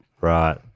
Right